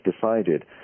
decided